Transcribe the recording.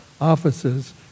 offices